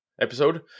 episode